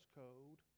code